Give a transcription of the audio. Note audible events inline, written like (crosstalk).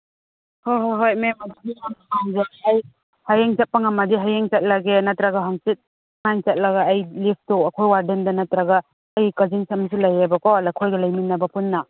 ꯍꯣꯍꯣ ꯍꯣꯏ ꯍꯣꯏ ꯃꯦꯝ ꯍꯧꯖꯤꯛꯃꯛ (unintelligible) ꯍꯌꯦꯡ ꯆꯠꯄ ꯉꯝꯃꯗꯤ ꯍꯌꯦꯡ ꯆꯠꯂꯒꯦ ꯅꯠꯇ꯭ꯔꯗꯤ ꯍꯪꯆꯤꯠ (unintelligible) ꯑꯩ ꯂꯤꯐꯇꯣ ꯑꯩꯈꯣꯏ ꯋꯥꯔꯗꯦꯟꯗ ꯅꯠꯇꯔꯒ ꯑꯩꯒꯤ ꯀꯖꯤꯟꯁ ꯑꯃꯁꯨ ꯂꯩꯌꯦꯕꯀꯣ ꯑꯩꯈꯣꯏꯒ ꯂꯩꯃꯤꯟꯅꯕ ꯄꯨꯟꯅ